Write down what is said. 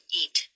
eat